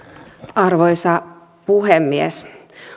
arvoisa puhemies